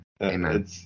Amen